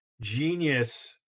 genius